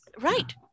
right